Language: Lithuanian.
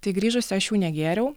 tai grįžusi aš jų negėriau